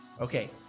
Okay